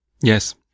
Yes